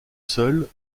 seule